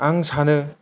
आं सानो